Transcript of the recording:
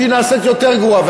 והיא נעשית יותר גרועה.